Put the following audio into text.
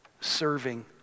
serving